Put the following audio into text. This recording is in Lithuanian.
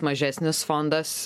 mažesnis fondas